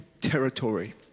territory